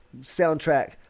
soundtrack